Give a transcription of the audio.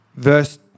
Verse